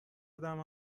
آدم